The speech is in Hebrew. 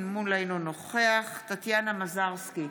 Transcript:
אינו נוכח טטיאנה מזרסקי,